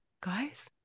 guys